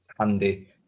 handy